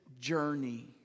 Journey